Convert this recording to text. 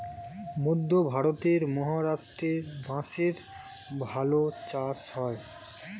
মধ্যে ভারতের মহারাষ্ট্রে বাঁশের ভালো চাষ হয়